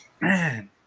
Man